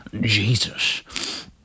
Jesus